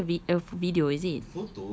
that he sent the a video is it